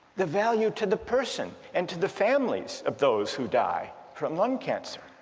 the value to the person and to the families of those who die from lung cancer.